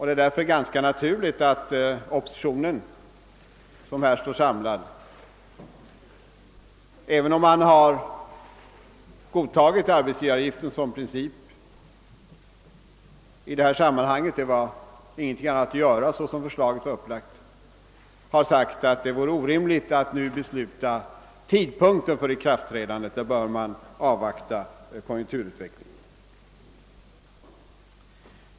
Det är därför ganska naturligt att oppositionen, som här står samlad, även om den har godtagit arbetsgivaravgiften som princip i detta sammanhang — det var ingenting annat att göra så som förslaget var upplagt — har sagt att det vore orimligt att nu fastställa tidpunkten för ikraftträdandet och att man därvidlag bör avvakta konjunkturutvecklingen.